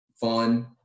fun